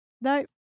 no